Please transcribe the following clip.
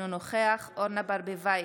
אינו נוכח אורנה ברביבאי,